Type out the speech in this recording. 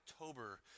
October